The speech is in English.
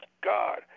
God